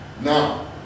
Now